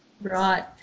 Right